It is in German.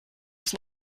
das